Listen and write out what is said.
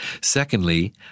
Secondly